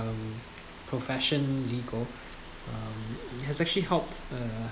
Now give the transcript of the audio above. um profession legal um it has actually helped uh